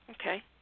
Okay